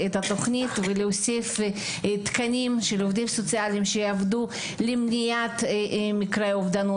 ולהוסיף תקנים של עובדים סוציאליים שיעבדו במניעת מקרי אובדנות.